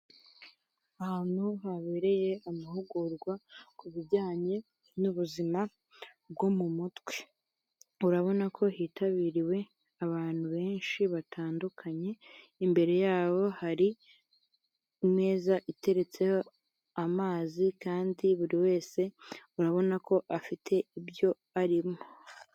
Ahantu habereye amahugurwa ku bijyanye n'ubuzima bwo mu mutwe, urabona ko hitabiriwe abantu benshi batandukanye, imbere yabo hateretse amazi, kandi buri wese arabona ko afite iyo arimo.